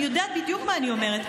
אני יודעת בדיוק מה אני אומרת.